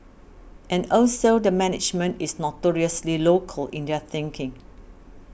and also the management is notoriously local in their thinking